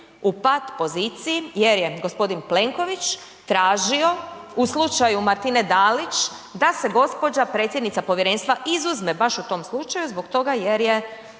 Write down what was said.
u pat poziciji jer je gospodin Plenković tražio u slučaju Martine Dalić da se gospođa predsjednica povjerenstva izuzme baš u tom slučaju zbog toga jer je